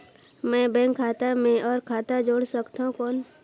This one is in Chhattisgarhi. मैं बैंक खाता मे और खाता जोड़ सकथव कौन?